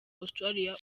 australia